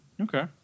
Okay